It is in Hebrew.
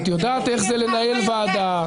את יודעת איך זה לנהל ועדה.